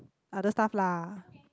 other staff lah